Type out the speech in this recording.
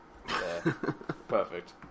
Perfect